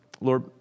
Lord